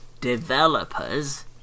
developers